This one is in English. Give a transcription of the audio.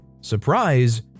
surprise